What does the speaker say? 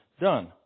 done